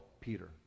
Peter